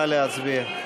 נא להצביע.